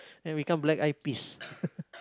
then become Black-Eyed-Peas